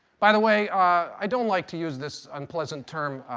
by the way, i don't like to use this unpleasant term